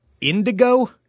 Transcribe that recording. Indigo